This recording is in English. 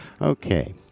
okay